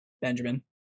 Benjamin